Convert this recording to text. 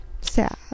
sad